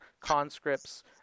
Conscripts